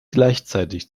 gleichzeitig